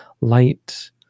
light